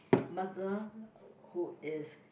mother who is